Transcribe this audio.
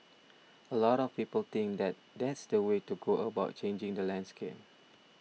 a lot of people think that that's the way to go about changing the landscape